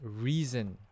reason